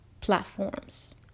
platforms